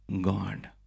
God